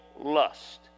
lust